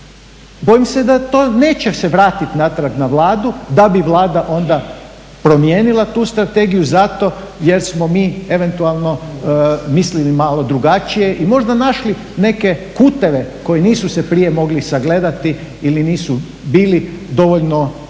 bojim se da se to neće vratiti natrag na Vladu da bi Vlada onda promijenila tu strategiju zato jer smo mi eventualno mislili malo drugačije i možda našli neke kuteve koji se prije nisu mogli sagledati ili nisu bili dovoljno uočeni